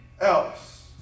else